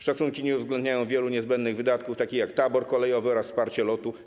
Szacunki nie uwzględniają wielu niezbędnych wydatków, takich jak wydatki na tabor kolejowy oraz wsparcie LOT-u.